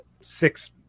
six